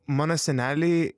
mano seneliai